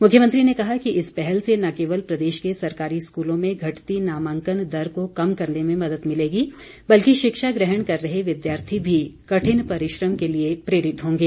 मुख्यमंत्री ने कहा कि इस पहल से न केवल प्रदेश के सरकारी स्कूलों में घटती नामांकन दर को कम करने में मदद मिलेगी बल्कि शिक्षा ग्रहण कर रहे विद्यार्थी भी कठिन परिश्रम के लिए प्रेरित होंगे